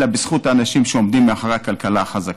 אלא בזכות האנשים שעומדים מאחורי הכלכלה החזקה: